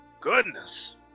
Goodness